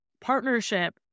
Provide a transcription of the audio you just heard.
partnership